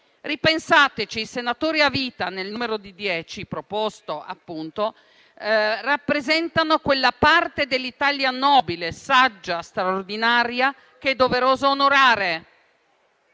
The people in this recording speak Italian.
Ripensateci. I senatori a vita, nel numero di dieci appunto proposto, rappresentano quella parte dell'Italia nobile, saggia e straordinaria che è doveroso onorare,